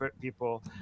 people